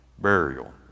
burial